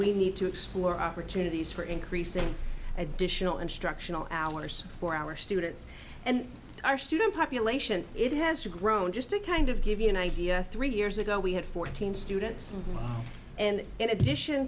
we need to explore opportunities for increasing additional instructional hours for our students and our student population it has grown just to kind of give you an idea three years ago we had fourteen students and in addition